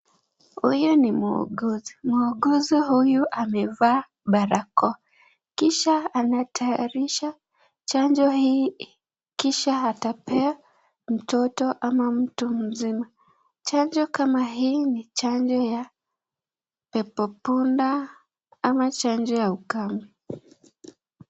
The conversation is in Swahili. Huyu ni muuguzi. Muuguzi huyu amevaa barakoa. Kisha anatayarisha chanjo hii kisha atapea mtoto ama mtu mzima. Chanjo kama hii ni chanjo ya pepopunda ama chanjo ya ukambi.